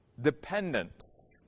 dependence